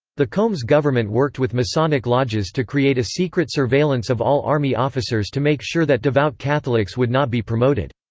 the combes government worked with masonic lodges to create a secret surveillance of all army officers to make sure that devout catholics would not be promoted.